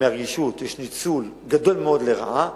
והרגישות ישנו ניצול גדול מאוד לרעה.